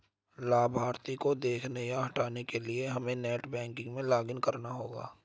लाभार्थी को देखने या हटाने के लिए हमे नेट बैंकिंग में लॉगिन करना होगा